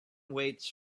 waits